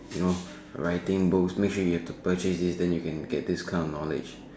you know writing books make sure you have to purchase this then you can get this kind of knowledge